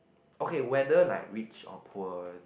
okay whether like rich or poor